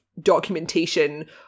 documentation